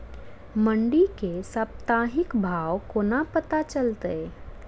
मंडी केँ साप्ताहिक भाव कोना पत्ता चलतै?